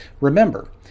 Remember